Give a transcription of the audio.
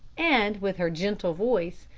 and, with her gentle voice,